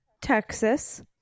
Texas